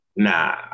Nah